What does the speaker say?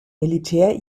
militär